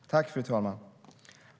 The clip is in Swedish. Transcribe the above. Fru talman!